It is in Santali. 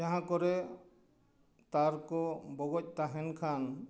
ᱡᱟᱦᱟᱸ ᱠᱚᱨᱮ ᱛᱟᱨ ᱠᱚ ᱵᱚᱜᱚᱡ ᱛᱟᱦᱮᱱ ᱠᱷᱟᱱ